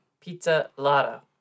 Pizza-lada